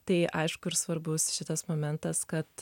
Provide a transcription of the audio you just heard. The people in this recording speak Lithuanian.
tai aišku ir svarbus šitas momentas kad